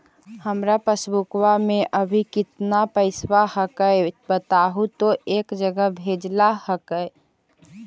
हमार पासबुकवा में अभी कितना पैसावा हक्काई बताहु तो एक जगह भेजेला हक्कई?